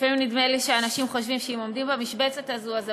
לפעמים נדמה לי שאנשים חושבים שאם עומדים במשבצת הזאת אז זה